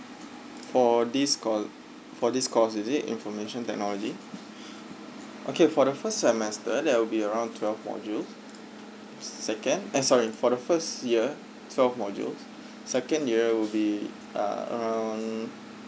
for this course for this course is it information technology okay for the first semester there will be around twelve module second eh sorry for the first year twelve modules second year will be uh around